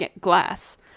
glass